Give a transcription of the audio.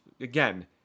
Again